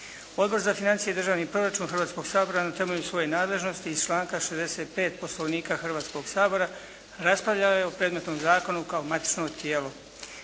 Odbor za financije i državni proračun Hrvatskog sabora na temelju svoje nadležnosti iz članka 65. Poslovnika Hrvatskog sabora raspravljao je o predmetnom zakonu kao matičnom tijelu.